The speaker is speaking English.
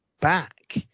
back